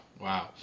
Wow